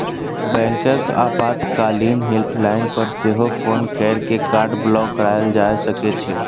बैंकक आपातकालीन हेल्पलाइन पर सेहो फोन कैर के कार्ड ब्लॉक कराएल जा सकै छै